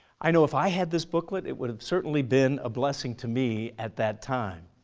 i know if i had this booklet it would have certainly been a blessing to me at that time.